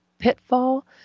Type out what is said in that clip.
pitfall